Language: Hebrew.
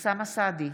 אוסאמה סעדי,